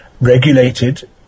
regulated